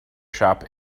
shop